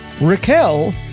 Raquel